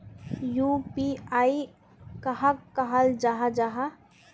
UPI कहाक कहाल जाहा जाहा?